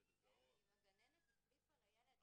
ואם הגננת החליפה לילד בגדים,